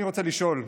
אני רוצה לשאול: